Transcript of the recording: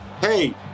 hey